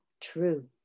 true